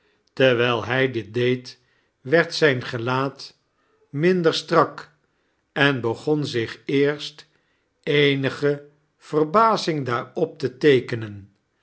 terwijl hij dit deed werd zijn gelaat minder strak ein begon zich eersti aenige verhazing daarop te teekenem